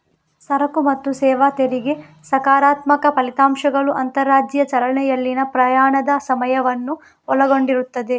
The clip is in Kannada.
ಸರಕು ಮತ್ತು ಸೇವಾ ತೆರಿಗೆ ಸಕಾರಾತ್ಮಕ ಫಲಿತಾಂಶಗಳು ಅಂತರರಾಜ್ಯ ಚಲನೆಯಲ್ಲಿನ ಪ್ರಯಾಣದ ಸಮಯವನ್ನು ಒಳಗೊಂಡಿರುತ್ತದೆ